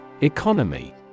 Economy